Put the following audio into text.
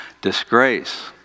disgrace